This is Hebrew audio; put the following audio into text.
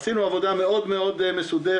עשינו עבודה מאוד מאוד מסודרת,